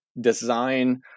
design